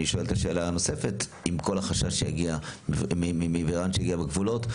עם כל החשש מווריאנט שיגיע בגבולות,